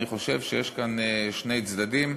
אני חושב שיש כאן שני צדדים,